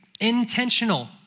intentional